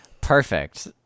Perfect